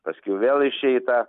paskiau vėl išeita